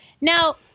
Now